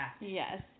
Yes